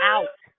Out